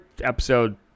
episode